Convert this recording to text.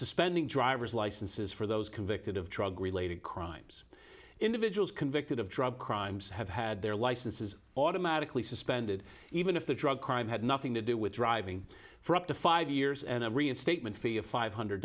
suspending driver's licenses for those convicted of drug related crimes individuals convicted of drug crimes have had their licenses automatically suspended even if the drug crime had nothing to do with driving for up to five years and a reinstatement fee of five hundred